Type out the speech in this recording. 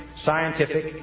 scientific